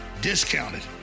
discounted